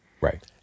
right